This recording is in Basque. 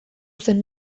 zen